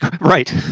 Right